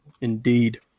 indeed